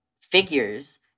figures